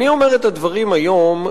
אני אומר את הדברים היום,